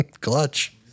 clutch